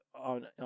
on